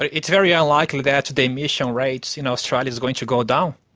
it's very unlikely that the emission rate in australia is going to go down.